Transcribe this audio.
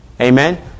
Amen